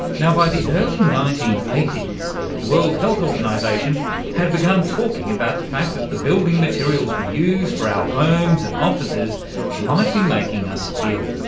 now, by the early nineteen eighty s the world health organisation had begun talking about the fact that the building materials we use for our homes and offices might be making us ill,